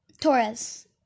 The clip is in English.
Torres